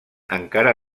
encara